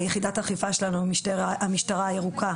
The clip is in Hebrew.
יחידת האכיפה שלנו עם המשטרה הירוקה,